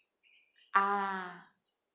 ah